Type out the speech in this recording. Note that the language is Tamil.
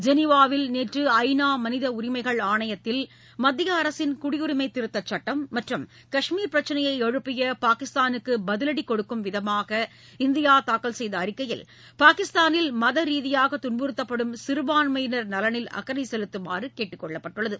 ஜெனீவாவில் நேற்று ஐ நா மனித உரிமைகள் ஆணையத்தில் மத்திய அரசின் குடியுரிமை திருத்தச் சுட்டம் மற்றும் கஷ்மீர் பிரச்னையை எழுப்பிய பாகிஸ்தானுக்கு பதிவடி கொடுக்கும் விதமாக இந்தியா தாக்கல் செய்த அறிக்கையில் பாகிஸ்தானில் மத ரீதியாக துன்புறுத்தப்படும் சிறுபான்மையினர் நலனில் அக்கறை செலுத்தமாறு கேட்டுக் கொள்ளப்பட்டுள்ளது